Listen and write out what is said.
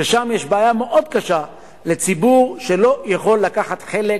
ששם יש בעיה מאוד קשה לציבור שלא יכול לקחת חלק